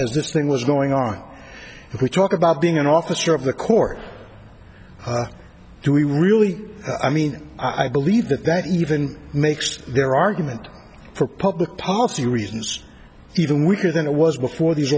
as this thing was going on and we talk about being an officer of the court do we really i mean i believe that that even makes their argument for public policy reasons even weaker than it was before these